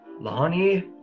Lonnie